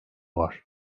var